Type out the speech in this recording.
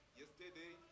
yesterday